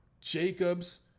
Jacobs